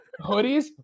hoodies